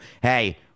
hey